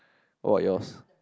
all are yours